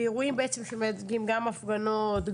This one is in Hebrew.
ואירועים שמייצגים גם הפגנות,